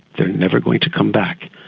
they're never going to come back.